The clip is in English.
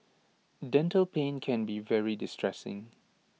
dental pain can be very distressing